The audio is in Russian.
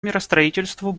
миростроительству